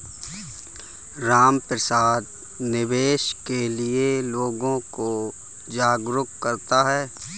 रामप्रसाद निवेश के लिए लोगों को जागरूक करता है